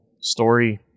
story